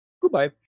goodbye